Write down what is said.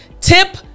tip